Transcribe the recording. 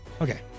Okay